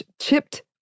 chipped